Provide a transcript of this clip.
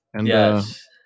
Yes